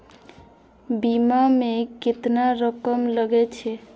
बीमा में केतना रकम लगे छै?